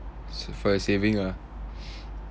so for your saving ah